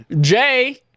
Jay